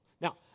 Now